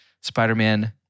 Spider-Man